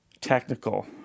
Technical